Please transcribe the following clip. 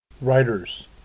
Writers